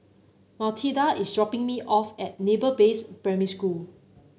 Mathilda is dropping me off at Naval Base Primary School